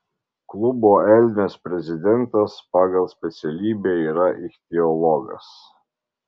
klubo elnias prezidentas pagal specialybę yra ichtiologas